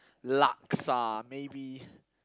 laksa maybe